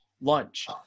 lunch